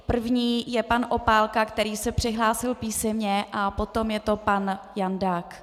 První je pan Opálka, který se přihlásil písemně, potom je to pan Jandák.